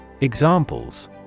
Examples